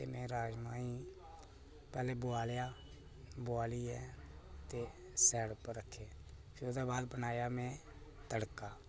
ते में राजमां गी पैह्लें बोआलेआ ते बोआलियै साईड पर रक्खेआ ते फ्ही ओह्दे बाद में बनाया तड़का